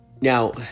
Now